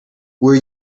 were